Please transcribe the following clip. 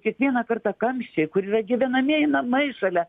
kiekvieną kartą kamščiai kur yra gyvenamieji namai šalia